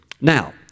Now